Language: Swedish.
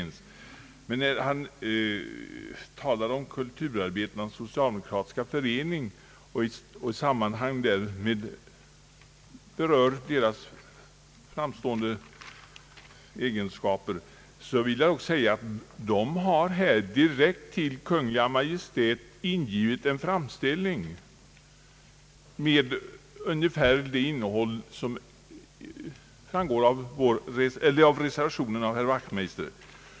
När herr Göran Karlsson talade om Kulturarbetarnas socialdemokratiska förening i Stockholm och i samband därmed berörde just dessa kulturarbetares framstående egenskaper vill jag erinra om att denna förening direkt till Kungl. Maj:t ingivit en framställning med ungefär samma innehåll som herr Wachtmeisters reservation.